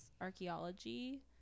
archaeology